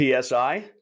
PSI